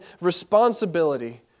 responsibility